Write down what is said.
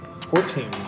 Fourteen